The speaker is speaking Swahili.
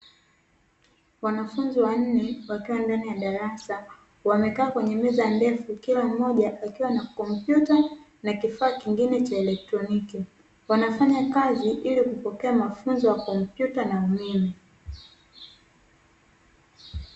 Wanafunzi wa nne wakiwa ndani ya darasa wamekaa kwenye meza ndefu ikiwa moja ikiwa na kompyuta na kifaa kingine cha kielektroniki, wanafanya kazi ili kupokea mafunzo ya kompyuta na umeme.